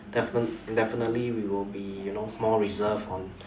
defin~ definitely we would be more reserved on